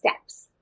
steps